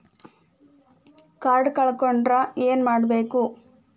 Card ಕಳ್ಕೊಂಡ್ರ ಏನ್ ಮಾಡಬೇಕು?